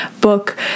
book